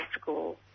school